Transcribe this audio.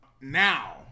now